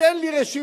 תן לי רשימה,